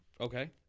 Okay